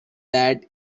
that